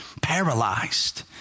paralyzed